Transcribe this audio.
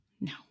No